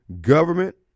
government